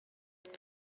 this